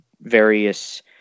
various